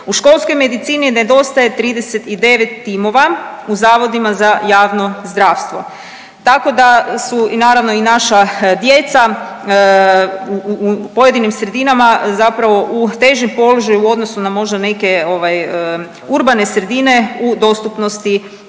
U školskoj medicini nedostaje 39 timova u Zavodima za javno zdravstvo, tako da su naravno i naša djeca u pojedinim sredinama zapravo u težem položaju u odnosu na možda neke ovaj urbane sredine u dostupnosti